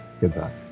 Goodbye